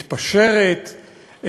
מתפשרת,